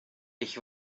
ich